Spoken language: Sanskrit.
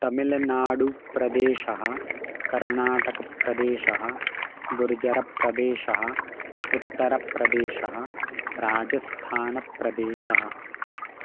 तमिलनाडुप्रदेशः कर्णाटकप्रदेशः गुर्जरप्रदेशः उत्तरप्रदेशः राजस्थानप्रदेशः